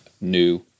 new